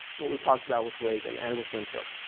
what we talked about with reagan and with winthrop.